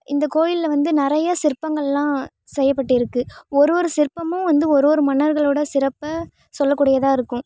இந்த கோயில்ல வந்து நிறையா சிற்பங்கள்லாம் செய்யப்பட்டிருக்குது ஒரு ஒரு சிற்பமும் வந்து ஒரு ஒரு மன்னர்களோடய சிறப்பை சொல்லக்கூடியதாக இருக்கும்